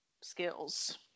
skills